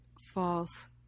false